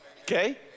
Okay